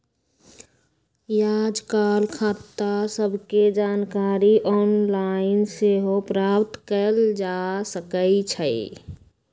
याजकाल खता सभके जानकारी ऑनलाइन सेहो प्राप्त कयल जा सकइ छै